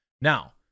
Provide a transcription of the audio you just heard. Now